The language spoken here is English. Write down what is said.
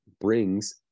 brings